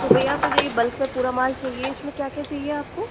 तो भैया आपको जो ये बल्क में पूरा माल चाहिए इस में क्या क्या चाहिए आपको